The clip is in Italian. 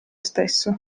stesso